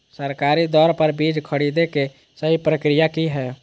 सरकारी दर पर बीज खरीदें के सही प्रक्रिया की हय?